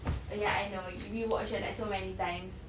ya I know we watched it like so many times